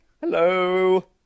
Hello